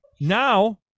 Now